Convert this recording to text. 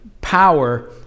power